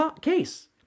case